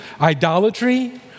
idolatry